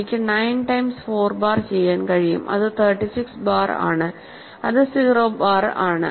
എനിക്ക് 9 times 4 bar ചെയ്യാൻ കഴിയും അത് 36 ബാർ ആണ് അത് 0 ബാർ ആണ്